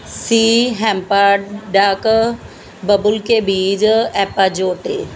ਸੀ ਹੈਮਪਰ ਡਕ ਬਬੁਲ ਕੇ ਬੀਜ ਐਪਾਜੋਟੇ